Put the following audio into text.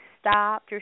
stop